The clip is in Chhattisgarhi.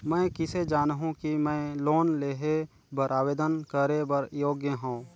मैं किसे जानहूं कि मैं लोन लेहे बर आवेदन करे बर योग्य हंव?